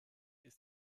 ist